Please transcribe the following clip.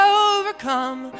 overcome